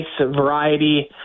variety